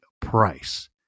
price